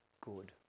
good